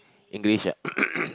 English ah